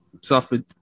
suffered